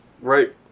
Right